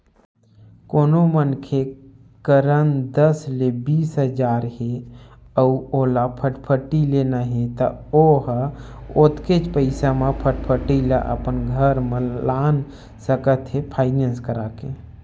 कोनो मनखे करन दस ले बीस हजार हे अउ ओला फटफटी लेना हे त ओ ह ओतकेच पइसा म फटफटी ल अपन घर म लान सकत हे फायनेंस करा के